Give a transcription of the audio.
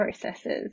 processes